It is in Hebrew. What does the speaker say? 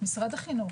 משרד החינוך.